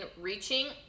reaching